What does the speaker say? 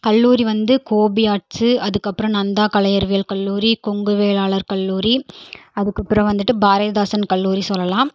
கல்லூரி வந்து கோபி ஆர்ட்ஸு அதுக்கு அப்புறம் நந்தா கலை அறிவியல் கல்லூரி கொங்கு வேளாளர் கல்லூரி அதுக்கு அப்புறம் வந்துட்டு பாரதிதாசன் கல்லூரி சொல்லலாம்